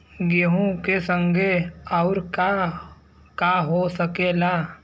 गेहूँ के संगे आऊर का का हो सकेला?